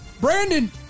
brandon